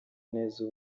neza